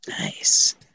Nice